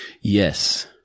Yes